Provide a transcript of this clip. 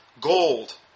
gold